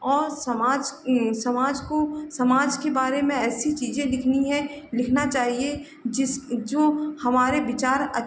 और समाज समाज को समाज के बारे में ऐसी चीज़ें लिखनी हैं लिखना चाहिए जिस जो हमारे विचार